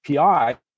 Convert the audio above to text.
API